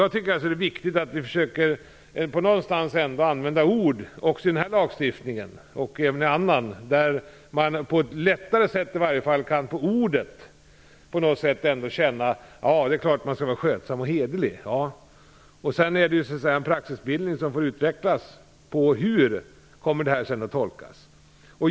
Jag tycker att det är viktigt att vi i denna såväl som i annan lagstiftning försöker använda ord som gör att man på ett lättare sätt känner att det är klart att man skall vara skötsam och hederlig. Sedan får det utvecklas en praxis grundad på hur lagen har tolkats.